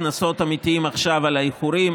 אלא גם הקנסות האמיתיים על האיחורים,